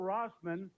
Rossman